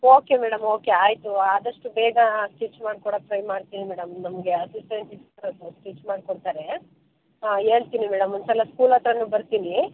okay madam okay ಆಯಿತು ಆದಷ್ಟು ಬೇಗ ಸ್ಟಿಚ್ ಮಾಡ್ಕೊಡಕ್ಕೆ ಟ್ರೈ ಮಾಡ್ತೀನಿ ಮೇಡಮ್ ನಮಗೆ ಅಸಿಸ್ಟೆಂಟ್ ಇರ್ತಾರೆ ಅವ್ರು ಸ್ಟಿಚ್ ಮಾಡಿಕೊಡ್ತಾರೆ ಹಾಂ ಹೇಳ್ತಿನಿ ಮೇಡಮ್ ಒಂದು ಸಲ ಸ್ಕೂಲ್ ಹತ್ರಾನು ಬರ್ತೀನಿ